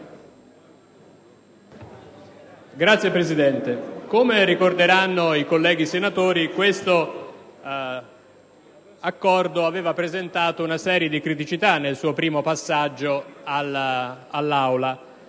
come ricorderanno i colleghi senatori, questo Accordo aveva presentato una serie di criticità nel suo primo passaggio al